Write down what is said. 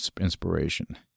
inspiration